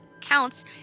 counts